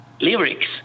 lyrics